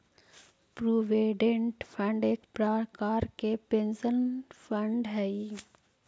provident fund एक प्रकार के पेंशन फंड हई